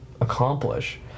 accomplish